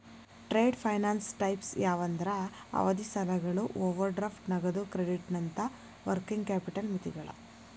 trade finance types ಯಾವಂದ್ರ ಅವಧಿ ಸಾಲಗಳು ಓವರ್ ಡ್ರಾಫ್ಟ್ ನಗದು ಕ್ರೆಡಿಟ್ನಂತ ವರ್ಕಿಂಗ್ ಕ್ಯಾಪಿಟಲ್ ಮಿತಿಗಳ